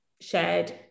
shared